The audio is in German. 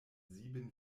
sieben